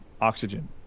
oxygen